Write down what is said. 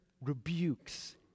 rebukes